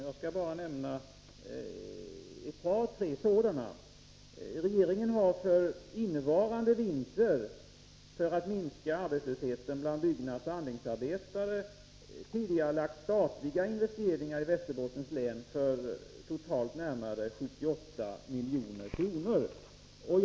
Jag skall bara nämna ett par tre sådana. Regeringen har för innevarande vinter, för att minska arbetslösheten bland byggnadsoch anläggningsarbetare, tidigarelagt statliga investeringar i Västerbottens län för totalt närmare 78 milj.kr.